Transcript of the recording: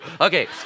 Okay